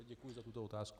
Děkuji za tuto otázku.